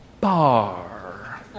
bar